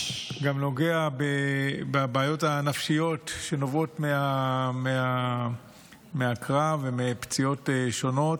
גם נוגע בבעיות הנפשיות שנובעות מהקרב ומפציעות שונות.